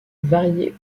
variées